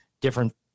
different